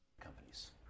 Companies